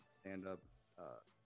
stand-up